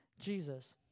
Jesus